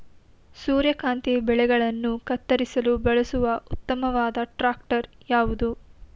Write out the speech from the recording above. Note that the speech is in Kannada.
ಸೂರ್ಯಕಾಂತಿ ಬೆಳೆಗಳನ್ನು ಕತ್ತರಿಸಲು ಬಳಸುವ ಉತ್ತಮವಾದ ಟ್ರಾಕ್ಟರ್ ಯಾವುದು?